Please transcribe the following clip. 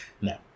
No